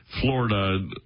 Florida